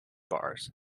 bars